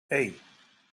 hey